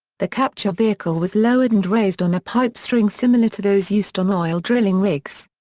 the capture vehicle was lowered and raised on a pipe string similar to those used on oil drilling rigs.